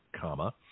comma